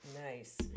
nice